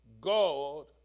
God